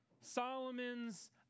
Solomon's